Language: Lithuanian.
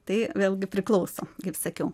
tai vėlgi priklauso kaip sakiau